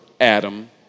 Adam